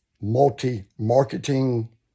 multi-marketing